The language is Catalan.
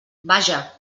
vaja